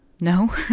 no